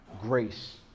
grace